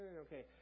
Okay